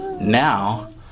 now